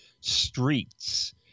streets